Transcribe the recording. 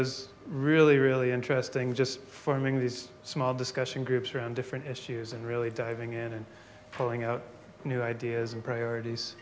was really really interesting just forming these small discussion groups around different issues and really diving in and pulling out new ideas and priorities